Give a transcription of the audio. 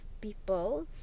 people